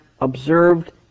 observed